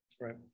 Right